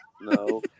No